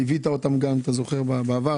גם ליווית אותם, אם אתה זוכר, בעבר.